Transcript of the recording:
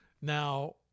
Now